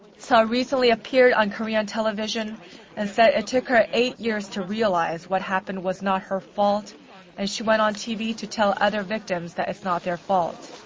so recently appeared on korean television and said it took her eight years to realize what happened was not her fault and she went on tv to tell other victims that it's not their fault.